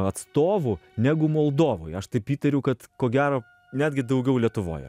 atstovų negu moldovoj aš taip įtariu kad ko gero netgi daugiau lietuvoje